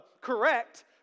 correct